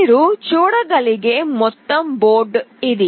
మీరు చూడగలిగే మొత్తం బోర్డు ఇది